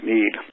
need